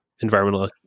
environmental